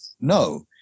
no